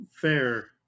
Fair